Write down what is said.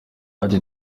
ati